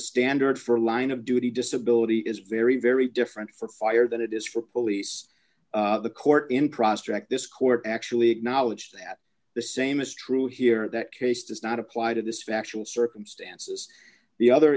standard for line of duty disability is very very different for fire than it is for police the court in prospect this court actually acknowledged that the same is true here that case does not apply to this factual circumstances the other